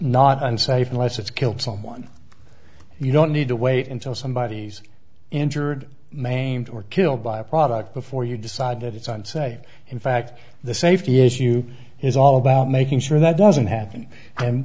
not unsafe unless it's killed someone you don't need to wait until somebody is injured man or killed by a product before you decide that it's i'd say in fact the safety issue is all about making sure that doesn't happen